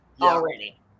already